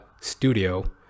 studio